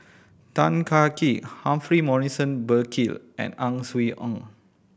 Tan Kah Kee Humphrey Morrison Burkill and Ang Swee Aun